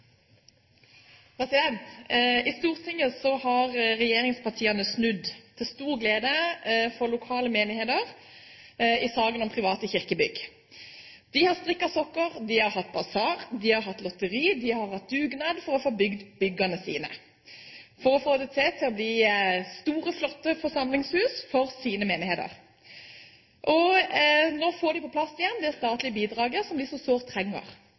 I Stortinget har regjeringspartiene snudd i saken om private kirkebygg – til stor glede for lokale menigheter. De har strikket sokker, de har hatt basar, de har hatt lotteri, de har hatt dugnad for å få bygd byggene sine, for å få det til å bli store, flotte forsamlingshus for sine menigheter. Nå får de på plass igjen det statlige bidraget som de så sårt trenger.